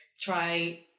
try